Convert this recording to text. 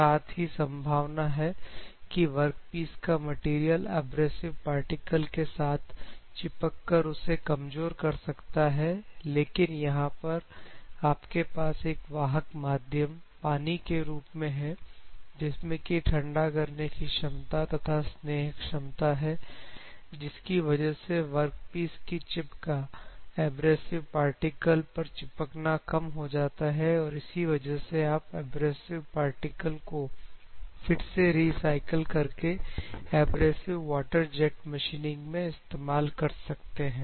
साथ ही यह भी संभावना है कि वर्कपीस का मटेरियल एब्रेसिव पार्टिकल के साथ चिपक कर उसे कमजोर कर सकता है लेकिन यहां पर आपके पास एक वाहक माध्यम पानी के रूप में है जिसमें की ठंडा करने की क्षमता तथा स्नेहक क्षमता है जिसकी वजह से वर्कपीस की चिप का एब्रेसिव पार्टिकल पर चिपकना कम हो जाता है और इसी वजह से आप एब्रेजिव पार्टिकल को फिर से रिसाइकल करके एब्रेसिव वाटर जेट मशीनिंग में इस्तेमाल कर सकते हैं